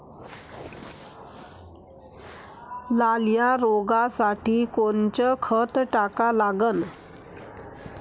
लाल्या रोगासाठी कोनचं खत टाका लागन?